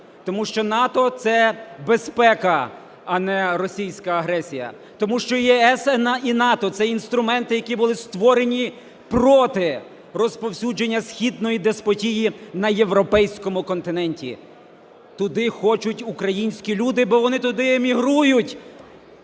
тому що НАТО – це безпека, а не російська агресія. Тому що ЄС і НАТО – це інструменти, які були створені проти розповсюдження східної деспотії на європейському континенті. Туди хочуть українські люди, бо вони туди емігрують.